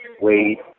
Wait